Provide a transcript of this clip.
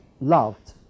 loved